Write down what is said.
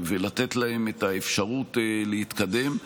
לתת להם את האפשרות להתקדם,